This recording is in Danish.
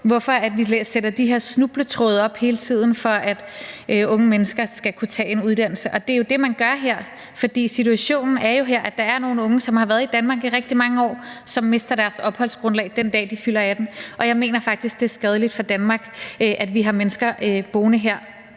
hvorfor vi sætter de her snubletråde op hele tiden for, at unge mennesker skal kunne tage en uddannelse. Det er jo det, man gør her, for situationen er, at der er nogle unge, som har været i Danmark i rigtig mange år, og som mister deres opholdsgrundlag, den dag de fylder 18 år. Jeg mener faktisk, at det er skadeligt for Danmark, at vi har mennesker boende her,